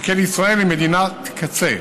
שכן ישראל היא מדינת קצה,